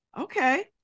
okay